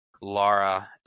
Laura